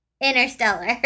Interstellar